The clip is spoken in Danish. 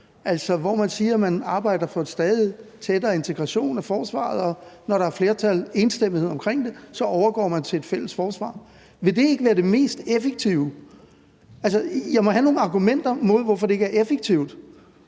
altså, hvor man siger, at man arbejder for stadig tættere integration af forsvaret, og når der er flertal, enstemmighed, omkring det, overgår man til et fælles forsvar. Vil det ikke være det mest effektive? Altså, jeg må have nogle argumenter mod, hvorfor det ikke er effektivt.